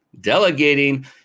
delegating